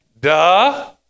Duh